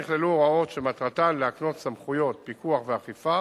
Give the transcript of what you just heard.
נכללו הוראות שמטרתן להקנות סמכויות פיקוח ואכיפה